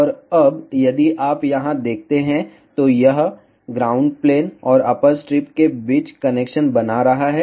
और अब यदि आप यहाँ देखते हैं तो यह ग्राउंड प्लेन और अप्पर स्ट्रिप के बीच कनेक्शन बना रहा है